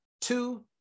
two